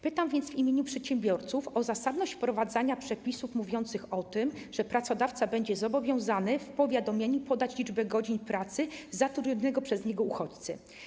Pytam więc w imieniu przedsiębiorców o zasadność wprowadzania przepisów mówiących o tym, że pracodawca będzie zobowiązany w powiadomieniu podać liczbę godzin pracy zatrudnionego przez niego uchodźcy.